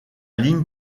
ligne